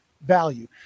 value